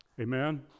Amen